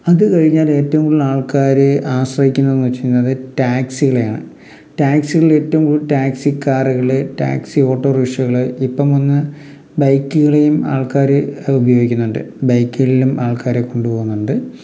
അത് കഴിഞ്ഞാൽ ഏറ്റവും കൂടുതൽ ആൾക്കാർ ആശ്രയിക്കുന്നതെന്ന് വച്ചു കഴിഞ്ഞാൽ ടാക്സികളെയാണ് ടാക്സികളിൽ ഏറ്റവും കൂടുതൽ ടാക്സി കാറുകൾ ടാക്സി ഓട്ടോറിക്ഷകൾ ഇപ്പം വന്നു ബൈക്കുകളെയും ആൾക്കാർ ഉപയോഗിക്കുന്നുണ്ട് ബൈക്കുകളിലും ആൾക്കാരെ കൊണ്ടുപോകുന്നുണ്ട്